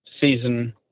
season